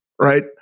right